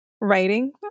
writing